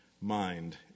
mind